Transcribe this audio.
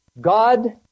God